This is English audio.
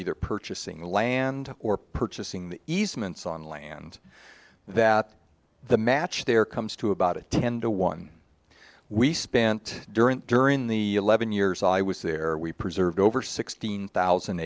either purchasing land or purchasing the easements on land that the match there comes to about a ten to one we spent during during the eleven years i was there we preserved over sixteen thousand